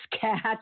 cat